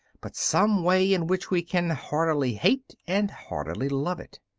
but some way in which we can heartily hate and heartily love it.